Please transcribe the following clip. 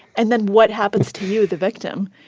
and then what happens to you, the victim?